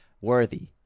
Worthy